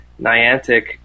Niantic